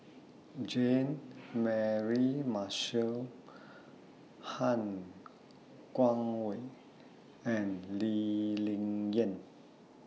Jean Mary Marshall Han Guangwei and Lee Ling Yen